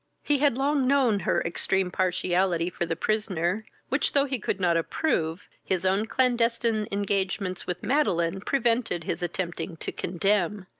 he had long known her extreme partiality for the prisoner, which, though he could not approve, his own clandestine engagements with madeline prevented his attempting to condemn.